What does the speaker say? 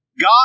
God